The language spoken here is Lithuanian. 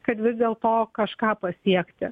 kad vis dėlto kažką pasiekti